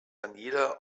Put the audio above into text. daniela